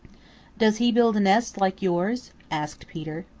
does he build a nest like yours? asked peter.